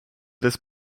des